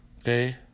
Okay